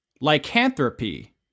lycanthropy